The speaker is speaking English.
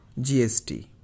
GST